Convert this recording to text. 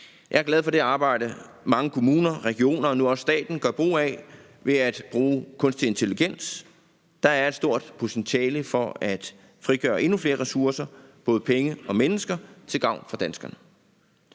Jeg er glad for det arbejde, mange kommuner, regioner og nu også staten gør ved at bruge kunstig intelligens. Der er et stort potentiale for at frigøre endnu flere ressourcer, både penge og mennesker, til gavn for danskerne.